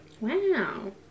Wow